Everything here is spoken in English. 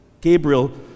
Gabriel